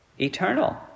eternal